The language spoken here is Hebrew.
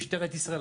במשטרת ישראל,